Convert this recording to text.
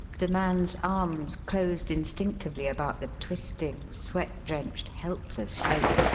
the man's arms closed instinctively about the twisting, sweat-drenched, helpless shape,